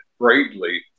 greatly